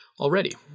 already